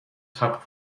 top